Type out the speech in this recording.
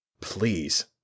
Please